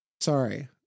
Sorry